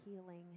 healing